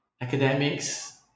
academics